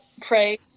Pray